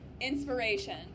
inspiration